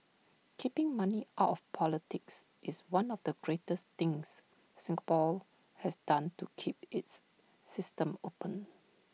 keeping money out of politics is one of the greatest things Singapore has done to keep its system open